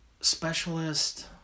Specialist